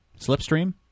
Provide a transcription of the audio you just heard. Slipstream